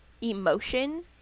emotion